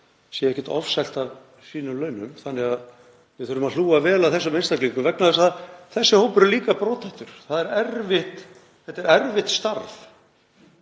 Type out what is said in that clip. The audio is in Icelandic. sé ekkert ofsælt af sínum launum. Við þurfum að hlúa vel að þessum einstaklingum vegna þess að þessi hópur er líka brothættur. Þetta er erfitt starf